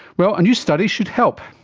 well, a new study should help,